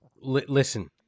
listen